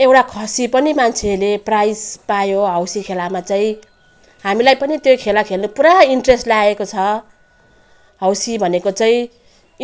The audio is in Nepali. एउटा खसी पनि मान्छेले प्राइस पायो हौसी खेलामा चाहिँ हामीलाई पनि त्यो खेला खेल्नु पुरा इन्ट्रेस्ट लागेको छ हौसी भनेको चाहिँ